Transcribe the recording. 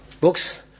Books